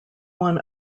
won